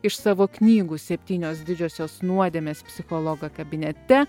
iš savo knygų septynios didžiosios nuodėmės psichologo kabinete